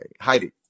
Heidi